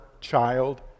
child